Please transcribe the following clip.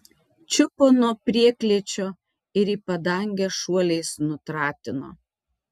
čiupo nuo prieklėčio ir į padangę šuoliais nutratino